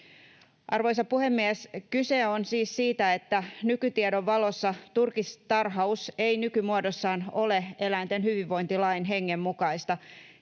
Arvoisa puhemies! Kyse on siis siitä, että nykytiedon valossa turkistarhaus ei nykymuodossaan ole eläinten hyvinvointilain hengen mukaista,